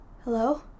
Hello